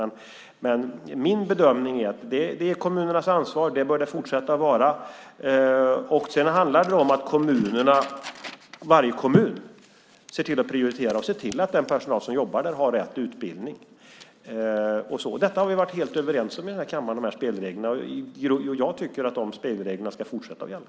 Det är min bedömning att det är kommunernas ansvar. Det bör det fortsätta att vara. Sedan handlar det om att varje kommun ser till att prioritera och ser till att den personal som jobbar där har rätt utbildning. Vi har varit helt överens om de här spelreglerna här i kammaren. Jag tycker att de spelreglerna ska fortsätta att gälla.